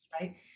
right